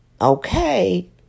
Okay